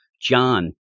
John